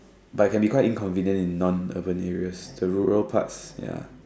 but it can be quite inconvenient in non urban areas the rural parts ya